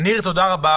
ניר, תודה רבה.